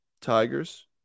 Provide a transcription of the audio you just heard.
Tigers